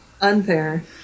unfair